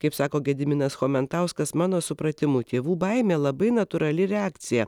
kaip sako gediminas chomentauskas mano supratimu tėvų baimė labai natūrali reakcija